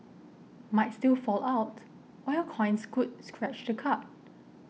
might still fall out or your coins could scratch the card